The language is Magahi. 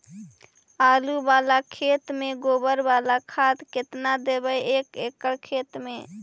आलु बाला खेत मे गोबर बाला खाद केतना देबै एक एकड़ खेत में?